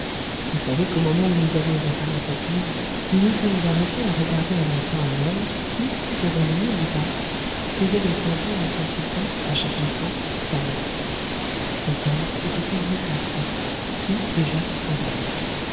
vous savez qu'au moment où nous allions atteindre cette grille nous nous sommes arrêtés à regarder un instant un homme qui devant le mur du parc faisait les cent pas en consultant à chaque instant sa montre cet homme c'était frédéric larsan qui déjà travaillait